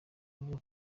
bavuga